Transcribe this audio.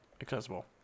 accessible